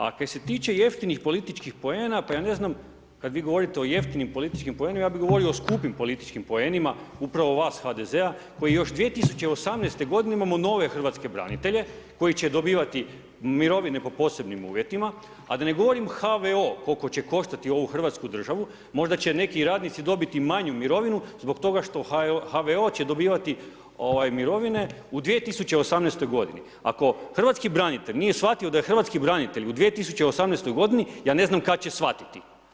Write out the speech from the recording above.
A kaj se tiče jeftinijim političkih poena, pa ja ne znam, kada vi govorite o jeftinim političkim poenima, ja bi govorio o skupim političkim poenima, upravo vas, HDZ-a koji još 2018. g. imamo nove hrvatske branitelje, koji će dobivati mirovine po posebnim uvjetima, a da ne govorim HVO koliko će koštati Hrvatsku državu, možda će neki radnici dobiti manju mirovinu, zbog toga što HVO će dobivati mirovine u 2018. g. Ako hrvatski branitelj nije shvatio da je hrvatski branitelj u 2018. g. ja ne znam kada će shvatiti.